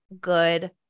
good